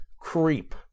creep